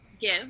give